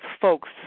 folks